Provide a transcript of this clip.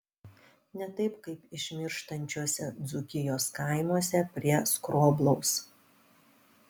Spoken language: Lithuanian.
ne taip kaip išmirštančiuose dzūkijos kaimuose prie skroblaus